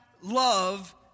love